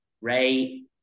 Ray